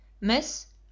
Miss